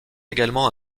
également